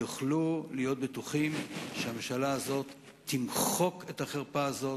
הם יוכלו להיות בטוחים שהממשלה הזו תמחק את החרפה הזו,